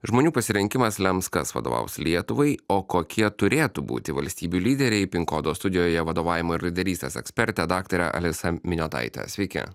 žmonių pasirinkimas lems kas vadovaus lietuvai o kokie turėtų būti valstybių lyderiai pin kodo studijoje vadovavimo ir lyderystės ekspertė daktarė alisa miniotaitė sveiki